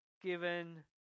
given